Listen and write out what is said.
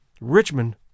Richmond